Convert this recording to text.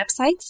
websites